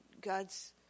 God's